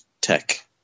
Tech